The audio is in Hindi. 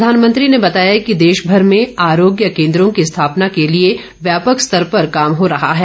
प्रधानमंत्री ने बताया कि देशभर में आरोग्य केन्द्रों की स्थापना के लिए व्यापक स्तर पर काम हो रहा है